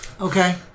Okay